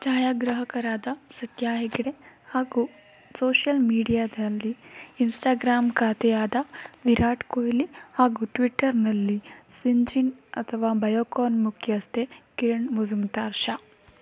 ಛಾಯಾಗ್ರಾಹಕರಾದ ಸತ್ಯ ಹೆಗ್ಡೆ ಹಾಗೂ ಸೋಷ್ಯಲ್ ಮೀಡ್ಯಾದಲ್ಲಿ ಇನ್ಸ್ಟಾಗ್ರಾಮ್ ಖಾತೆ ಆದ ವಿರಾಟ್ ಕೊಹ್ಲಿ ಹಾಗೂ ಟ್ವಿಟ್ಟರ್ನಲ್ಲಿ ಸಿಂಜಿನ್ ಅಥವಾ ಬಯೋಕಾನ್ ಮುಖ್ಯಸ್ಥೆ ಕಿರಣ್ ಮುಝುಮ್ದಾರ್ ಶಾ